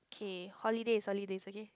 okay holidays holidays okay